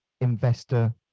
investor